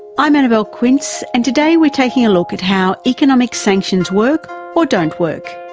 i'm annabelle quince and today we're taking a look at how economic sanctions work or don't work.